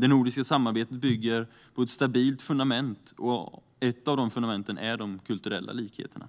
Det nordiska samarbetet bygger på stabila fundament, och ett av de fundamenten är de kulturella likheterna.